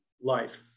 life